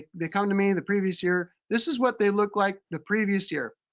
they come to me the previous year. this is what they look like the previous year.